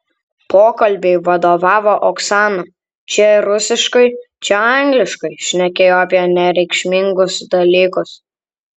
pokalbiui vadovavo oksana čia rusiškai čia angliškai šnekėjo apie nereikšmingus dalykus